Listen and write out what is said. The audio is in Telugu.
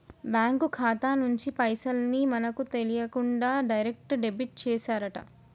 బ్యేంకు ఖాతా నుంచి పైసల్ ని మనకు తెలియకుండా డైరెక్ట్ డెబిట్ చేశారట